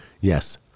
Yes